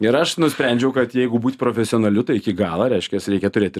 ir aš nusprendžiau kad jeigu būt profesionaliu tai iki galo reiškias reikia turėt ir